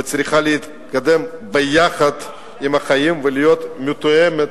וצריכה להתקדם יחד עם החיים ולהיות מתואמת